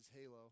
halo